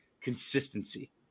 consistency